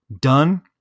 done